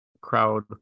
crowd